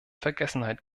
vergessenheit